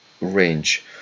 range